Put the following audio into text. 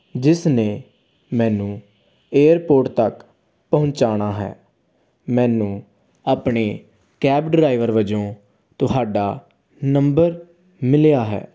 ਜਿਸਨੇ ਮੈਨੂੰ ਏਅਰਪੋਰਟ ਤੱਕ ਪਹੁੰਚਾਉਣਾ ਹੈ ਮੈਨੂੰ ਆਪਣੇ ਕੈਬ ਡਰਾਈਵਰ ਵਜੋਂ ਤੁਹਾਡਾ ਨੰਬਰ ਮਿਲਿਆ ਹੈ